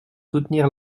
soutenir